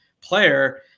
player